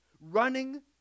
Running